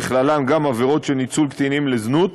ובכלל זה עבירות של ניצול קטינים לזנות,